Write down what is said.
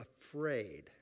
afraid